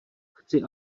chci